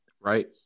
Right